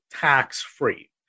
tax-free